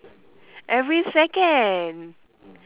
every second